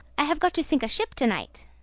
i have got to sink a ship to-night.